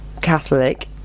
catholic